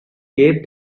gave